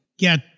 get